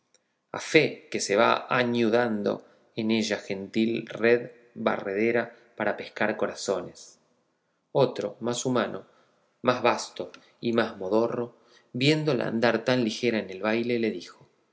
a fe que se va añudando en ella gentil red barredera para pescar corazones otro más humano más basto y más modorro viéndola andar tan ligera en el baile le dijo